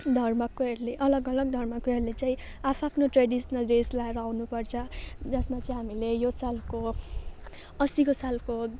धर्मकोहरूले अलग अलग धर्मकोहरूले चाहिँ आफ्आफ्नो ट्रेडिसनल ड्रेस लगाएर आउनुपर्छ जसमा चाहिँ हामीले यो सालको अस्तिको सालको